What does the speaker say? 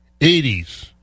80s